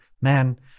man